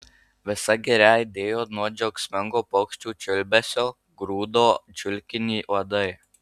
visa giria aidėjo nuo džiaugsmingo paukščių čiulbesio grūdo čiulkinį uodai